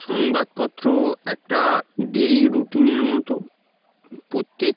সংবাদপত্র একটা ডেলি রুটিনের মতো প্রত্যেক